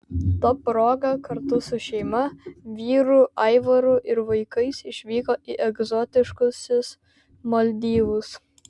ta proga kartu su šeima vyru aivaru ir vaikais išvyko į egzotiškuosius maldyvus